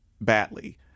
badly